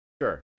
Sure